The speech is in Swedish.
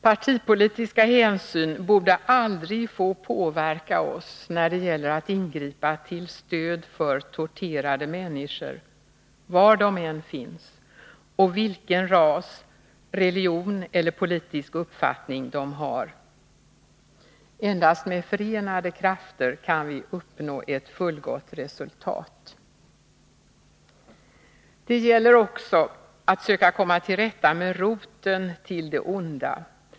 Partipolitiska hänsyn borde aldrig få påverka oss när det gäller att ingripa till stöd för torterade människor, var de än finns, och vilken ras, religion eller politisk uppfattning de än har. Endast med förenade krafter kan vi uppnå ett fullgott resultat. Det gäller att också söka komma till rätta med roten till det onda.